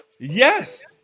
Yes